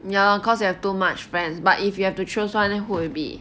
ya lor because you have too much friends but if you have to choose one leh who would it be